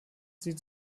sieht